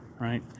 right